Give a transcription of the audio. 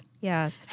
Yes